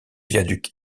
viaduc